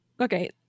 Okay